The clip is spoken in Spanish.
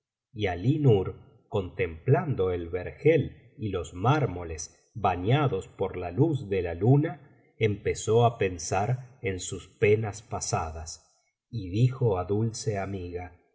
y alí nur contemplando el vergel y los mármoles bañados por la luz de la luna empezó á pensar en sus penas pasadas y dijo á dulceamiga oh dulce amiga